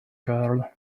girl